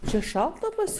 čia šalta pas